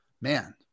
man